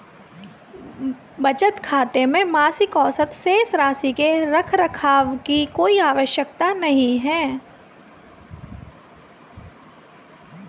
बचत खाते में मासिक औसत शेष राशि के रख रखाव की कोई आवश्यकता नहीं